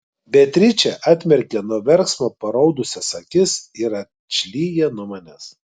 beatričė atmerkia nuo verksmo paraudusias akis ir atšlyja nuo manęs